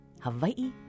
Hawaii